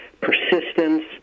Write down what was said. persistence